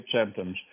symptoms